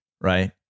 Right